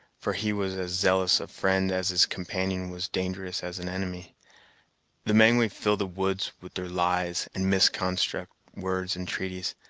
for he was as zealous a friend as his companion was dangerous as an enemy the mengwe fill the woods with their lies, and misconstruct words and treaties.